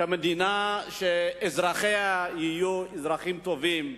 מדינה שאזרחיה יהיו אזרחים טובים,